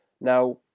Now